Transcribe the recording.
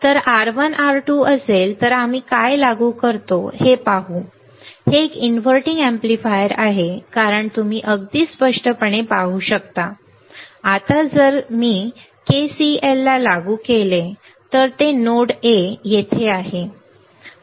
तर R1 R2 असेल तर आम्ही काय लागू करतो ते पाहतो हे एक इन्व्हर्टिंग अॅम्प्लीफायर आहे कारण तुम्ही अगदी स्पष्टपणे पाहू शकता आता जर मी K C L ला लागू केले तर ते नोड ए येथे आहे